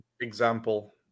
example